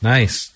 Nice